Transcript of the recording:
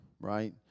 right